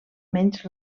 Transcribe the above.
menys